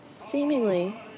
Seemingly